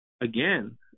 again